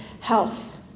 health